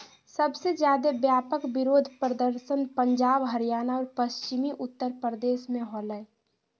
सबसे ज्यादे व्यापक विरोध प्रदर्शन पंजाब, हरियाणा और पश्चिमी उत्तर प्रदेश में होलय